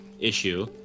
issue